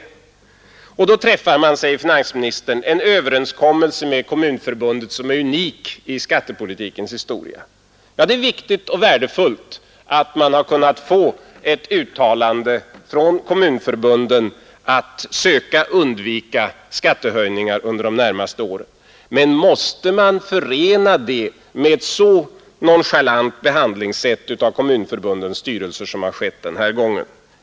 Regeringen träffar då, säger finansministern, en överenskommelse med kommunförbunden som är unik i skattepolitikens historia. Ja, det är viktigt och värdefullt att man har kunnat få ett uttalande från kommunförbunden att de skall söka undvika skattehöjningar under de närmaste åren. Men måste man förena detta med en så nonchalant behandling av kommunförbundens styrelser som har skett i det här fallet?